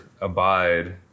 abide